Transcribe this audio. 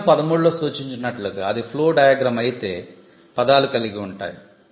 నియమం 13 లో సూచించినట్లుగా అది 'flow diagram' అయితే పదాలు ఉంటాయి